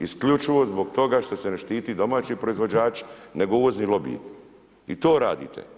Isključivo zbog toga što se ne štite domaći proizvođač, nego uvozni lobiji i to radite.